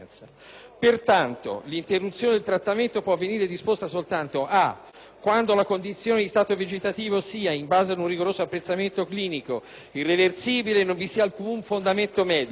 Pertanto, l'interruzione del trattamento può venire disposta soltanto: "*a)* quando la condizione di stato vegetativo sia, in base ad un rigoroso apprezzamento clinico, irreversibile e non vi sia alcun fondamento medico,